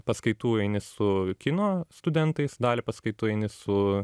paskaitų eini su kino studentais dalį paskaitų eini su